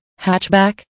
hatchback